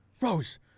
Rose